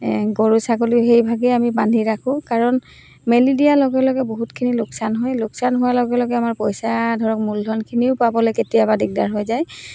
গৰু ছাগলীও সেইভাগেই আমি বান্ধি ৰাখোঁ কাৰণ মেলি দিয়াৰ লগে লগে বহুতখিনি লোকচান হয় লোকচান হোৱাৰ লগে লগে আমাৰ পইচা ধৰক মূলধনখিনিও পাবলৈ কেতিয়াবা দিগদাৰ হৈ যায়